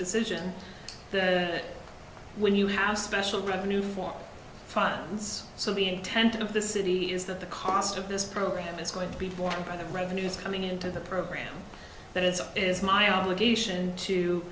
decision when you have special revenue for funds so the intent of the city is that the cost of this program is going to be borne by the revenues coming into the program that it is my obligation to